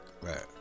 right